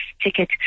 ticket